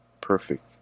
perfect